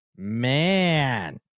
Man